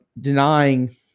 denying